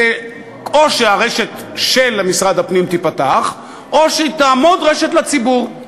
או שהרשת של משרד הפנים תיפתח או שתעמוד רשת לציבור.